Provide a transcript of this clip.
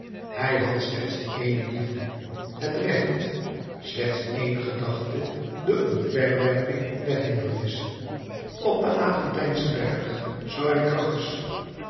hij had slechts één liefde het recht slechts één gedachte de omverwerping der hindernissen op den aventijnschen berg zou hij cracchus